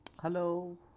hello